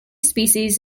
species